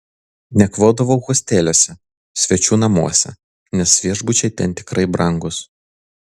nakvodavau hosteliuose svečių namuose nes viešbučiai ten tikrai brangūs